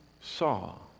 saw